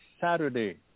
saturday